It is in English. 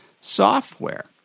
software